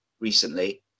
recently